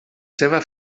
seva